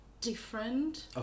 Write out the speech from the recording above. different